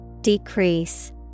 Decrease